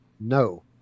No